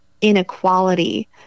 inequality